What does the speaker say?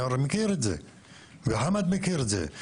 אני הרי מכיר את זה וחאמד מכיר את זה.